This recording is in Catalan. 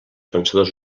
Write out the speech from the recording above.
pensadors